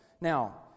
Now